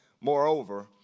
Moreover